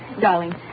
Darling